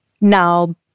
now